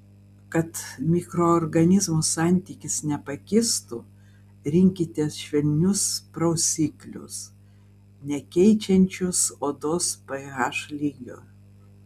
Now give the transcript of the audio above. kad mikroorganizmų santykis nepakistų rinkitės švelnius prausiklius nekeičiančius odos ph lygio